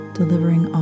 delivering